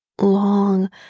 long